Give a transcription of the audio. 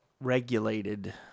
regulated